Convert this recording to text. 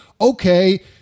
okay